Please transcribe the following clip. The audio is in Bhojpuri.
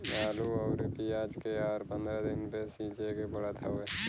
आलू अउरी पियाज के हर पंद्रह दिन पे सींचे के पड़त हवे